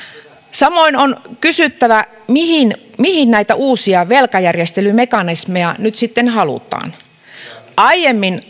samoin on kysyttävä mihin näitä uusia velkajärjestelymekanismeja nyt sitten halutaan aiemmin